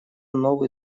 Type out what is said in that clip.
новый